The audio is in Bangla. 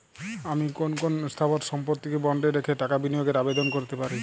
আমি কোন কোন স্থাবর সম্পত্তিকে বন্ডে রেখে টাকা বিনিয়োগের আবেদন করতে পারি?